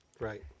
right